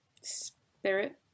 spirit